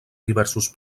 diversos